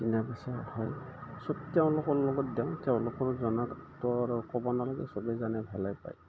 কিনা বেচা হয় চব তেওঁলোকৰ লগত দেওঁ তেওঁলোকৰ জনাততো আৰু ক'ব নালাগে চবেই জানে ভালে পায়